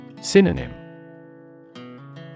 Synonym